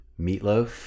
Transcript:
Meatloaf